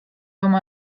oma